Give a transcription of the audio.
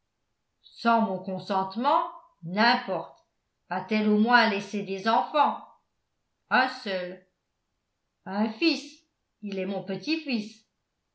sans mon consentement n'importe a-t-elle au moins laissé des enfants un seul un fils il est mon